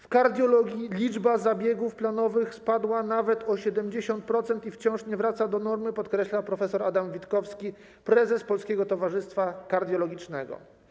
W kardiologii liczba zabiegów planowych spadła nawet o 70% i wciąż nie wraca do normy - podkreśla prof. Adam Witkowski, prezes Polskiego Towarzystwa Kardiologicznego.